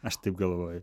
aš taip galvoju